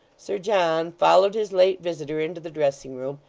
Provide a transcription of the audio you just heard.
sir john followed his late visitor into the dressing-room,